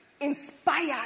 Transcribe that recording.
inspired